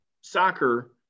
soccer